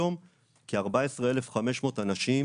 כ-14,500 אנשים